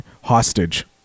Hostage